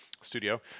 studio